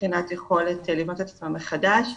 מבחינת יכולת לבנות את עצמם מחדש,